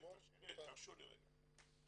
תרשו לי רגע אחד.